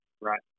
right